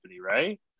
right